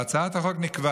בהצעת החוק נקבע